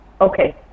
Okay